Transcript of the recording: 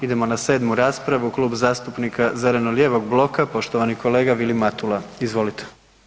Idemo na 7. raspravu, Klub zastupnika zeleno-lijevog bloka, poštovani kolega Vilim Matula, izvolite.